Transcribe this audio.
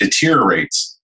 deteriorates